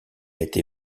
été